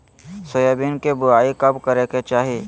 Soybean के बुआई कब करे के चाहि?